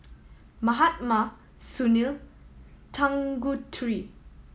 Mahatma Sunil Tanguturi